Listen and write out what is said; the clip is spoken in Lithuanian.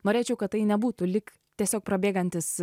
norėčiau kad tai nebūtų lyg tiesiog prabėgantis